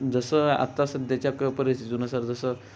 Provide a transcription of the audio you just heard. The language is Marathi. जसं आत्ता सध्याच्या क परिस्थितीनुसार जसं